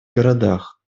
городах